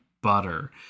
butter